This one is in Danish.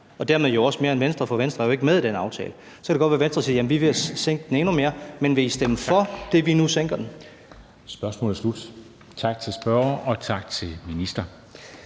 og dermed jo også gjort mere end Venstre, for Venstre er jo ikke med i den aftale. Så kan det godt være, at Venstre siger: Jamen vi vil sænke den endnu mere. Men vil I stemme for det, at vi nu sænker den? Kl. 13:39 Formanden (Henrik Dam Kristensen):